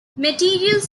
materials